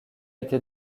été